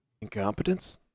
incompetence